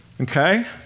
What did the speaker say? Okay